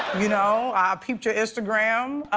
you know ah peeped your instagram.